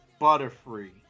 Butterfree